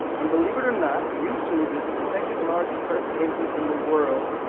and believe it or not, youtube is the second largest search engine in the world.